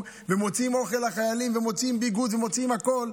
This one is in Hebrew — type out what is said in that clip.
ומוציאים אוכל לחיילים ומוציאים ביגוד ומוציאים הכול,